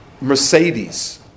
Mercedes